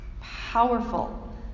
powerful